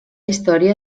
història